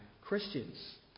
Christians